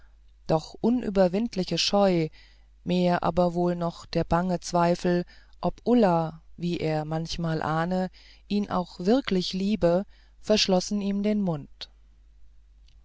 doch unüberwindliche scheu mehr aber wohl noch der bange zweifel ob ulla wie er manchmal ahne ihn auch wirklich liebe verschlossen ihm den mund